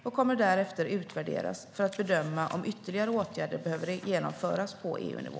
Man kommer därefter att utvärdera det för att bedöma om ytterligare åtgärder bör vidtas på EU-nivå.